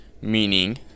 Meaning